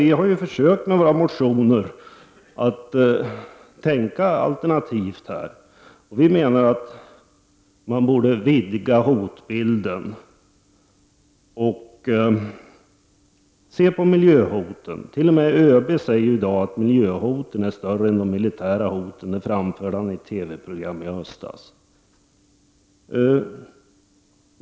Vi har i våra motioner försökt att tänka alternativt. Vi menar att man borde vidga hotbilden och se på miljöhoten. Till och med ÖB säger i dag att miljöhoten är större än de militära hoten. Detta framförde han i ett TV program i höstas.